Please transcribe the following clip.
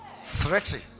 stretchy